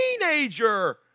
teenager